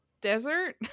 desert